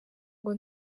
ngo